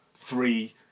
three